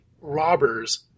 robbers